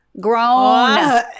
grown